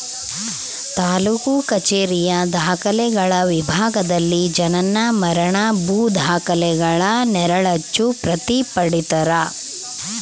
ತಾಲೂಕು ಕಛೇರಿಯ ದಾಖಲೆಗಳ ವಿಭಾಗದಲ್ಲಿ ಜನನ ಮರಣ ಭೂ ದಾಖಲೆಗಳ ನೆರಳಚ್ಚು ಪ್ರತಿ ಪಡೀತರ